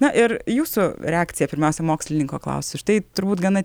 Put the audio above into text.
na ir jūsų reakcija pirmiausia mokslininko klausiu štai turbūt gana